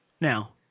now